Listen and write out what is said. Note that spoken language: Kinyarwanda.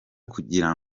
kugira